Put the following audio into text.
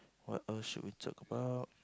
what else should we talk about